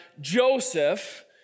Joseph